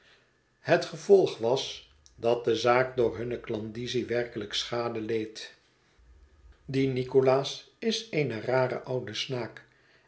het gevolg was dat de zaak door hunne klandizie werkelijk schade leed die nicholas is een rare oude snaak